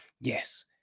yes